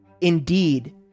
Indeed